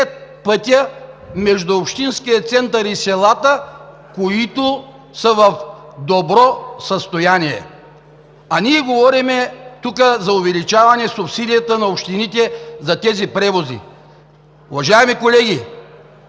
пътя между общинския център и селата, които са в добро състояние, а ние говорим тук за увеличаване субсидията на общините за тези превози. Уважаеми колеги,